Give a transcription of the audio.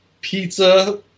pizza